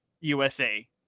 USA